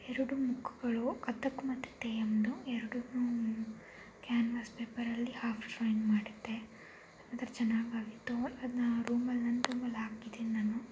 ಎರಡು ಮುಖಗಳು ಕಥಕ್ ಮತ್ತು ತೆಯ್ಯಮ್ದು ಎರಡೂ ಕ್ಯಾನ್ವಾಸ್ ಪೇಪರಲ್ಲಿ ಹಾಫ್ ಡ್ರಾಯಿಂಗ್ ಮಾಡಿದ್ದೆ ಒಂಥರ ಚೆನ್ನಾಗಿ ಆಗಿತ್ತು ಅದನ್ನ ಆ ರೂಮಲ್ಲಿ ನನ್ನ ರೂಮಲ್ಲಿ ಹಾಕಿದ್ದೀನಿ ನಾನು